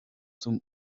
zum